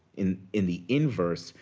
in in the inverse,